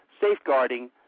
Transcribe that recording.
safeguarding